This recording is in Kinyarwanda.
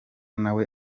nawe